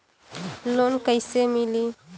Loan कईसे मिली?